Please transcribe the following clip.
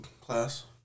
class